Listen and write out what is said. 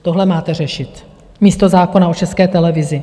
Tohle máte řešit místo zákona o České televizi.